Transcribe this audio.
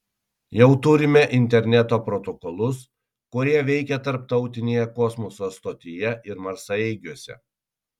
jau turime interneto protokolus kurie veikia tarptautinėje kosmoso stotyje ir marsaeigiuose